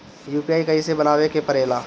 UPI कइसे बनावे के परेला?